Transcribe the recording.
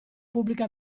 pubblica